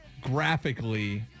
graphically